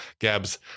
Gabs